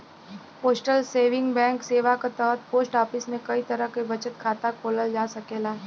postal saving bank सेवा क तहत पोस्ट ऑफिस में कई तरह क बचत खाता खोलल जा सकेला